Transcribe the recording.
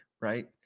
Right